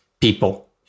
people